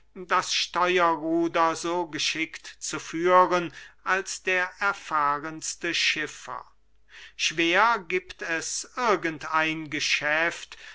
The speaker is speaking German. das steuerruder so geschickt zu führen als der erfahrenste schiffer schwerlich giebt es irgend ein geschäft